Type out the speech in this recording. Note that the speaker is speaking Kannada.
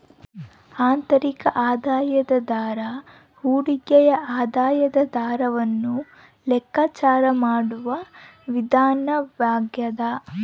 ಆಂತರಿಕ ಆದಾಯದ ದರ ಹೂಡಿಕೆಯ ಆದಾಯದ ದರವನ್ನು ಲೆಕ್ಕಾಚಾರ ಮಾಡುವ ವಿಧಾನವಾಗ್ಯದ